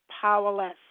powerless